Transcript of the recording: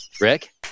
Rick